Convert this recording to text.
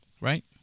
Right